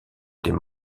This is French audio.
était